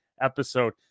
episode